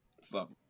Stop